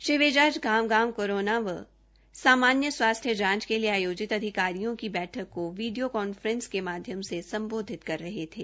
श्री विज आज गांव गांव कोरोना एवं सामान्य स्वास्थ्य जांच के लिए आयोजित अधिकारियों की बैठक को वीडियो कांफ्रेसिंग के माध्यम से सम्बोधित कर रहे थे